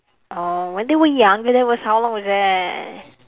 oh when they were young and that was how long was that